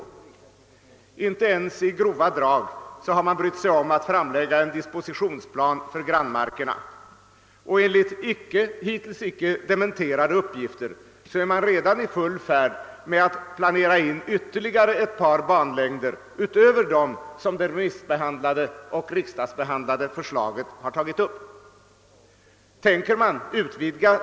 Men inte ens i grova drag har man brytt sig om att framlägga en = dispositionsplan för grannmarkerna. Och enligt hittills icke dementerade pressuppgifter är man redan i full färd med att planera in ytterligare ett par banlängder utöver dem som det remissbehandlade och av riksdagen diskuterade förslaget har tagit upp.